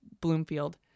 Bloomfield